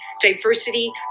diversity